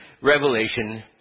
Revelation